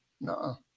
No